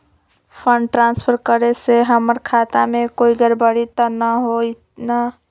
Fund transfer करे से हमर खाता में कोई गड़बड़ी त न होई न?